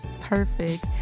perfect